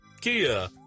Kia